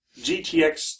GTX